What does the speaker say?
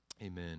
Amen